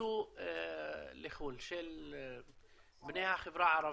יצוא לחו"ל של בני החברה הערבית,